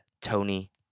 Tony